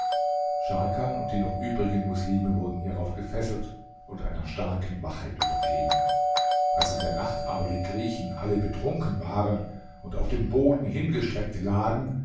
scharkan und die noch übrigen moslime wurden hierauf gefesselt und einer starken wache übergeben als in der nacht aber die griechen alle betrunken waren und auf den boden hingestreckt lagen